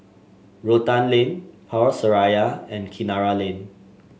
Rotan Lane Power Seraya and Kinara Lane